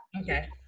Okay